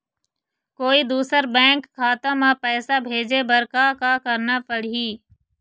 कोई दूसर बैंक खाता म पैसा भेजे बर का का करना पड़ही?